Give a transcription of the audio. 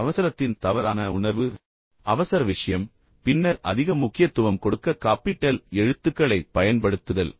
பின்னர் அவசரத்தின் தவறான உணர்வு அவசர விஷயம் பின்னர் அதிக முக்கியத்துவம் கொடுக்க காப்பிட்டல் எழுத்துக்களைப் பயன்படுத்துதல்